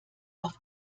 auf